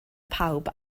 pawb